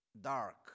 dark